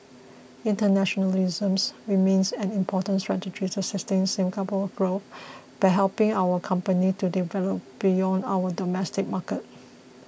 internationalisms remains an important strategy to sustain Singapore's growth by helping our companies to develop beyond our domestic market